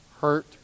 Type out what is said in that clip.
hurt